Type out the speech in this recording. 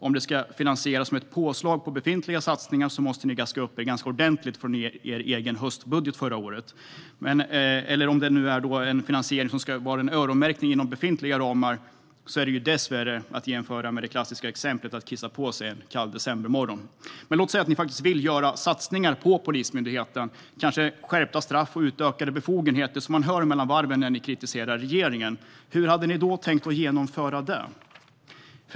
Om det ska finansieras som ett påslag på befintliga satsningar måste ni gaska upp er ganska ordentligt från er egen höstbudget förra året. Om det i stället ska finansieras genom en öronmärkning inom befintliga ramar är det dessvärre att jämföra med det klassiska exemplet att kissa på sig en kall decembermorgon. Men låt oss säga att ni faktiskt vill göra satsningar på Polismyndigheten, kanske med skärpta straff och utökade befogenheter, som man hör mellan varven när ni kritiserar regeringen. Hur hade ni då tänkt att genomföra det?